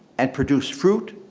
and produced fruit,